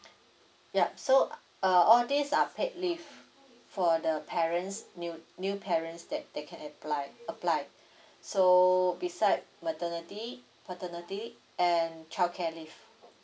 yup so uh all these are paid leave for the parents new new parents that they can apply apply so beside maternity paternity and childcare leave